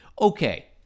okay